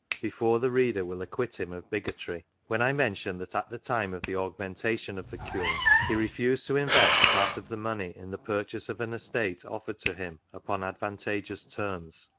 before the reader will acquit him of bigotry, when i mention, that at the time of the augmentation of the cure, he refused to invest part of the money in the purchase of an estate offered to him upon advantageous terms,